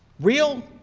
real,